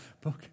book